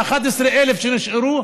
שנשאר, ה-11,000 שנשארו,